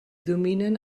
dominen